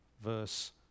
verse